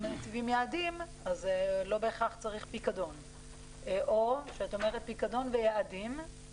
אם מציבים יעדים אז לא בהכרח צריך פיקדון; או שאת אומרת פיקדון ויעדים,